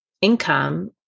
income